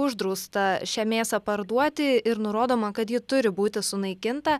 uždrausta šią mėsą parduoti ir nurodoma kad ji turi būti sunaikinta